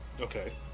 Okay